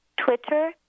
Twitter